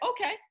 okay